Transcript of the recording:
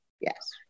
Yes